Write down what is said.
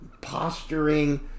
posturing